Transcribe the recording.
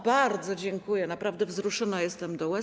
Bardzo dziękuję, naprawdę wzruszona jestem do łez.